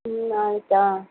ம் நாளைக்கா